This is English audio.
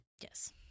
Yes